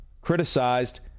criticized